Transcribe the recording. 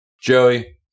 Joey